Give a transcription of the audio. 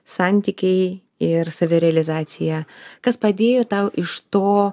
santykiai ir savirealizacija kas padėjo tau iš to